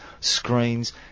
screens